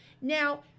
Now